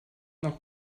nach